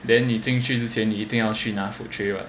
then 你进去之前一定要去拿 food tray right